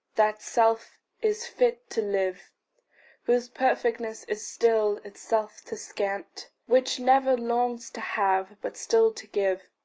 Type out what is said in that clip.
that self is fit to live whose perfectness is still itself to scant, which never longs to have, but still to give.